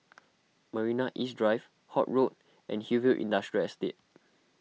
Marina East Drive Holt Road and Hillview Industrial Estate